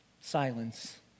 Silence